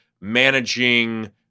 managing